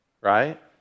right